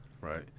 right